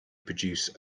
produce